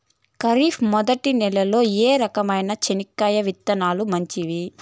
ఖరీఫ్ మొదటి నెల లో ఏ రకమైన చెనక్కాయ విత్తనాలు మంచివి